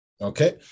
Okay